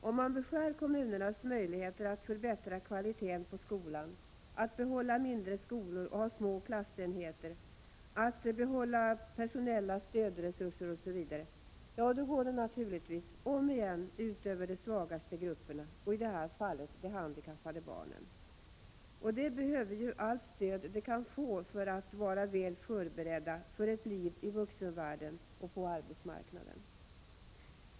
Om man beskär kommunernas möjligheter att förbättra kvaliteten på skolan, att behålla mindre skolor, att ha små klassenheter, att behålla personella stödresurser osv. — då går det naturligtvis omigen ut över de svagaste grupperna, i detta fall de handikappade barnen. De behöver allt stöd de kan få för att vara väl förberedda för ett liv i vuxenvärlden och på arbetsmarknaden.